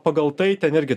pagal tai ten irgi